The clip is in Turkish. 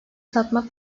satmak